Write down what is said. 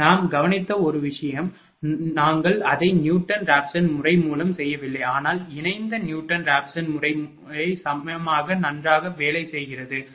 நாம் கவனித்த ஒரு விஷயம் நாங்கள் அதை நியூட்டன் ராப்சன் முறை மூலம் செய்யவில்லை ஆனால் இணைந்த நியூட்டன் ராப்சன் முறையும் சமமாக நன்றாக வேலை செய்கிறது சரி